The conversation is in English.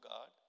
God